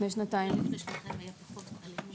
היו פחות.